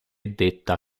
detta